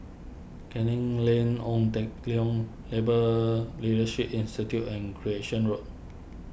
Canning Lane Ong Teng Liang Labour Leadership Institute and Recreation Road